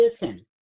listen